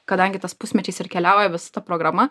kadangi tas pusmečiais ir keliauja visa ta programa tai pirma yra